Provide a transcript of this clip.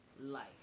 life